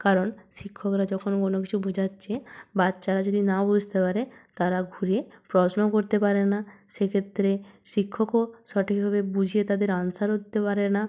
কারণ শিক্ষকরা যখন কোনো কিছু বোঝাচ্ছে বাচ্চারা যদি না বুঝতে পারে তারা ঘুরিয়ে প্রশ্ন করতে পারে না সে ক্ষেত্রে শিক্ষকও সঠিকভাবে বুঝিয়ে তাদের আন্সারও দিতে পারে না